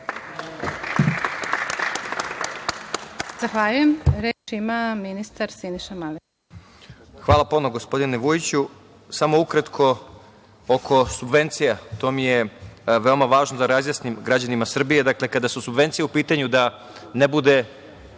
Zahvaljujem. Reč ima ministar Siniša Mali.